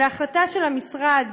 והחלטה של המשרד